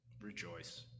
rejoice